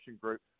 group